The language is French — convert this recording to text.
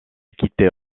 quitter